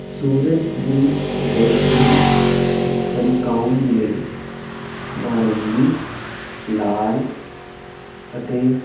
ਸੂਰਜ ਦੀ ਰੌਸ਼ਨੀ ਚਮਕਾਉਣ ਲਈ ਨਾਰੰਗੀ ਲਾਲ ਅਤੇ